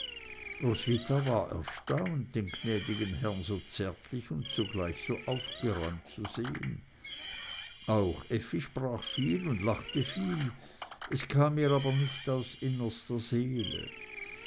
war erstaunt den gnädigen herrn so zärtlich und zugleich so aufgeräumt zu sehen auch effi sprach viel und lachte viel es kam ihr aber nicht aus innerster seele